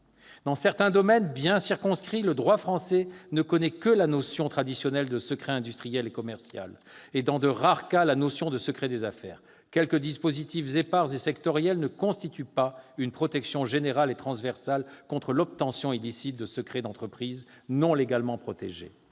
Dans certains domaines bien circonscrits, le droit français ne connaît que la notion traditionnelle de secret industriel et commercial et, dans de rares cas, la notion de secret des affaires. Quelques dispositifs épars et sectoriels ne constituent pas une protection générale et transversale contre l'obtention illicite de secrets d'entreprises non légalement protégés.